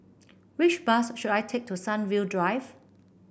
which bus should I take to Sunview Drive